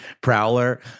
prowler